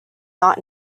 not